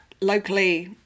locally